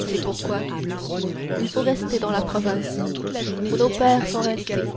c'est pourquoi il faut rester dans la province où nos pères sont restés